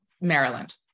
Maryland